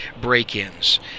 break-ins